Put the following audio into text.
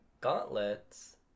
gauntlets